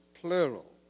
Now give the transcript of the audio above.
plural